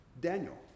Daniel